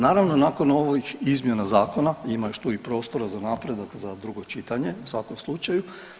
Naravno nakon ovih izmjena zakona, ima još tu i prostora za napredak za drugo čitanje u svakom slučaju.